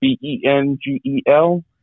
b-e-n-g-e-l